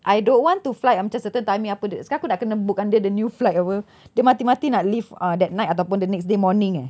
I don't want to fly macam certain timing apa dia sekarang aku nak kena book under the new flight apa dia mati-mati nak leave uh that night ataupun the next day morning eh